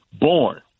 born